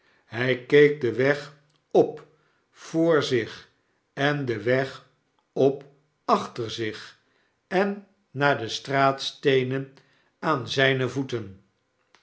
hy keek den weg op voor zich en den weg op achter zich en naar de straatsteenen aan zynevoeten